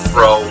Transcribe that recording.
Bro